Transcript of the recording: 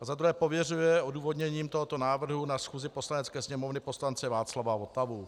A za druhé pověřuje odůvodněním tohoto návrhu na schůzi Poslanecké sněmovny poslance Václava Votavu.